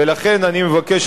ולכן אני מבקש,